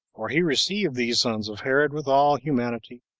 for he received these sons of herod with all humanity,